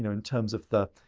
in terms of the,